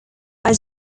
are